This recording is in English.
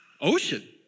ocean